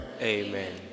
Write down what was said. Amen